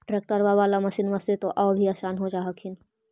ट्रैक्टरबा बाला मसिन्मा से तो औ भी आसन हो जा हखिन?